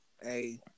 Hey